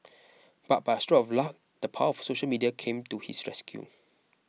but by a stroke of luck the power of social media came to his rescue